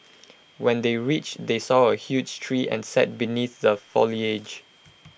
when they reached they saw A huge tree and sat beneath the foliage